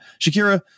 Shakira